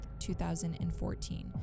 2014